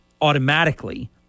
automatically